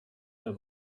der